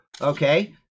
Okay